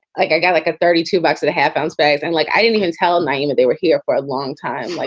like, i got like a thirty two bucks and a half pounds bag. and like, i didn't even tell my team you know they were here for a long time, like,